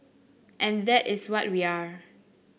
and that is what we are